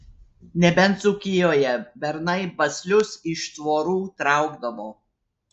nebent dzūkijoje bernai baslius iš tvorų traukdavo